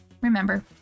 Remember